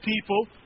people